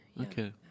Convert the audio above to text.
Okay